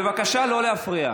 בבקשה לא להפריע.